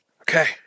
Okay